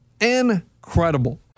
Incredible